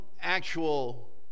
actual